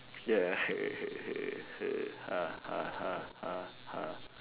ya